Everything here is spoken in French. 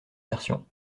versions